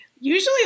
usually